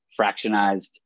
fractionized